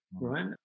Right